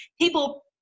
people